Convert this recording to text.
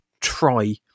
try